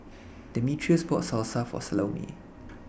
Demetrius bought Salsa For Salome